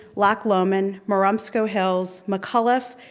loch lomond, marumsco hills, mcauliffe,